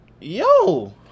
yo